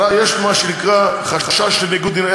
יש מה שנקרא חשש לניגוד עניינים,